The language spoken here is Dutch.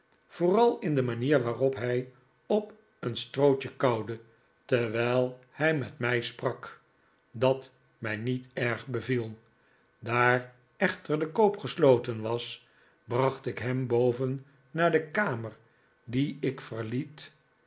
vooral in de manier waarop hij op een strootje kauwde terwijl hij met mij sprak david copperfield dat mij niet erg beviel daar echter de koop gesloten was bracht ik hem boven naar de kamer die ik verliet